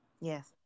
yes